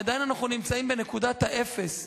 עדיין אנחנו בנקודת האפס,